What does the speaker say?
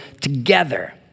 together